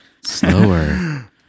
Slower